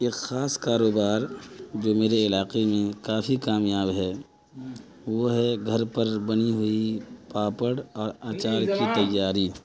ایک خاص کاروبار جو میرے علاقے میں کافی کامیاب ہے وہ ہے گھر پر بنی ہوئی پاپڑ اور اچار کی تیاری